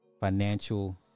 financial